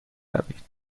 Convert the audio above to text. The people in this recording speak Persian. روید